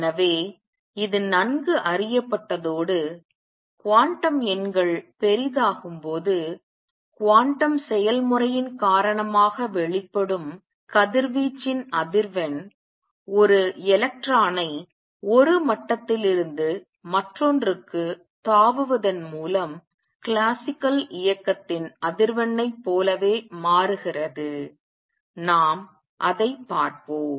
எனவே இது நன்கு அறியப்பட்டதோடு குவாண்டம் எண்கள் பெரிதாகும்போது குவாண்டம் செயல்முறையின் காரணமாக வெளிப்படும் கதிர்வீச்சின் அதிர்வெண் ஒரு எலக்ட்ரானை ஒரு மட்டத்திலிருந்து மற்றொன்றுக்குத் தாவுவதன் மூலம் கிளாசிக்கல் இயக்கத்தின் அதிர்வெண்ணைப் போலவே மாறுகிறது நான் அதைப் பார்ப்போம்